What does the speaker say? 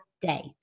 day